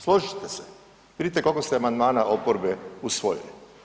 Složit ćete se, vidite koliko ste amandmana oporbe usvojili.